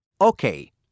Okay